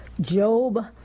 Job